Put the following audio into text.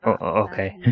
Okay